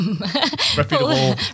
reputable